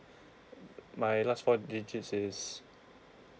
my last four digits is